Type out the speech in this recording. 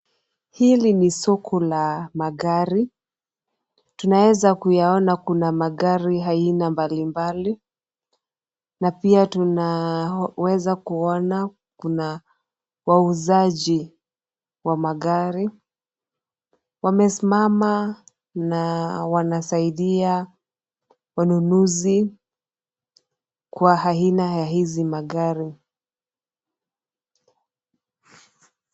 Hili ni soko la magari. Tunaeza kuyaona kuna magari aina mbalimbali, na pia tunaweza kuona kuna wauzaji wa magari. Wamesimama na wanasaidia wanunuzi kwa aina ya hizi magari.